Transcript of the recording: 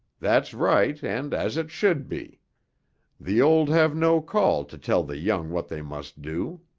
that's right and as it should be the old have no call to tell the young what they must do.